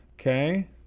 Okay